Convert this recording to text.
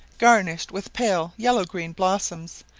garnished with pale yellow green blossoms,